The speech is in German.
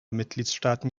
mitgliedstaaten